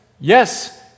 Yes